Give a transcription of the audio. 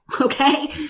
Okay